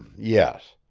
yes.